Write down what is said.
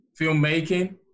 filmmaking